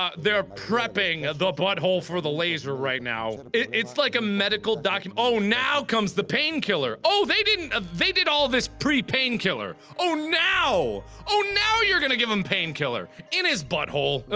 ah they're prepping the butthole for the laser right now. it's like a medical document oh, now comes the pain killer! oh they didn' ah they did all of this pre-pain killer. oh now oh now you're gonna give him pain killer? in his butthole.